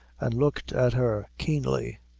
and looked at her keenly,